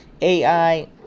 AI